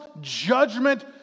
judgment